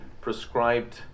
prescribed